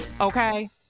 okay